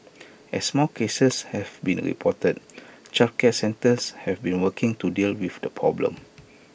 as more cases have been reported childcare centres have been working to deal with the problem